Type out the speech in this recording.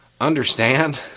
Understand